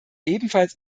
ebenfalls